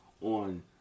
on